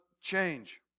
change